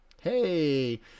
hey